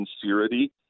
sincerity